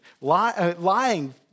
Lying